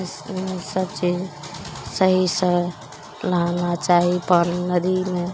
ओसबचीज सहीसे नहाना चाही पानि नदीमे